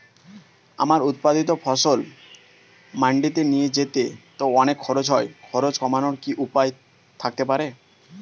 আমার উৎপাদিত ফসল মান্ডিতে নিয়ে যেতে তো অনেক খরচ হয় খরচ কমানোর কি উপায় থাকতে পারে?